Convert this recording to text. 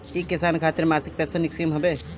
इ किसान खातिर मासिक पेंसन स्कीम हवे